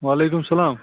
وعلیکُم سلام